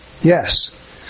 Yes